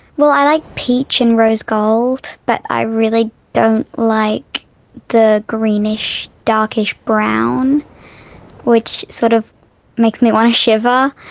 well i like peach and rose gold but i really don't like the greenish, darkish brown which sort of makes me want to shiver.